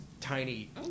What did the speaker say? tiny